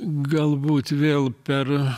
galbūt vėl per